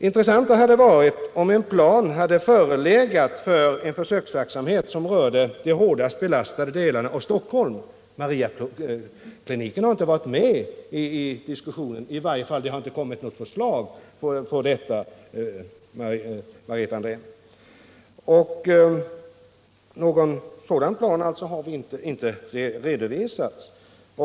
Intressantare hade varit om det hade förelegat en plan för försöksverksamhet som berörde de hårdast belastade delarna av Stockholm — det har inte kommit fram något förslag om Mariakliniken, Margareta Andrén. Någon sådan plan har inte heller redovisats.